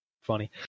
Funny